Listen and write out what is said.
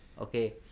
Okay